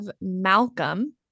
malcolm